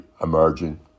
emerging